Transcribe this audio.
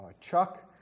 Chuck